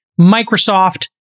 Microsoft